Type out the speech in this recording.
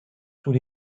tous